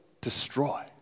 destroy